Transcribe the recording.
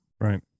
right